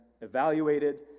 evaluated